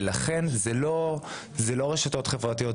ולכן זה לא רשתות חברתיות,